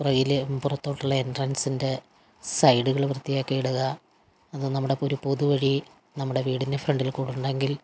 rail പുറത്തോട്ടുള്ള എൻട്രൻസിൻ്റെ സൈഡുകൾ വൃത്തിയാക്കിയിടുക അത് നമ്മുടെയിപ്പോഴൊരു പൊതുവഴി നമ്മുടെ വീടിൻ്റെ ഫ്രണ്ടിൽ കൂടിയുണ്ടെങ്കിൽ